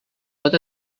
pot